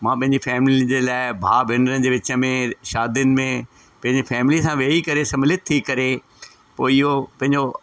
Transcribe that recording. मां पंहिंजी फैमिली जे लाइ भाउ भेनरुनि जे विच में शादियुनि में पंहिंजे फैमिली सां वेही करे सम्मिलित थी करे पोइ इहो पंहिंजो